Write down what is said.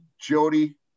Jody